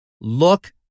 Look